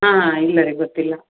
ಹಾಂ ಇಲ್ಲ ರೀ ಗೊತ್ತಿಲ್ಲ